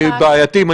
בעייתיים.